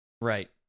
Right